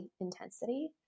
intensity